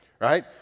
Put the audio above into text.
right